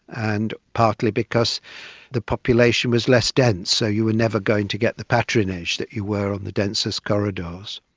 and partly because the population was less dense so you were never going to get the patronage that you were on the densest corridors.